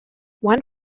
one